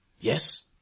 Yes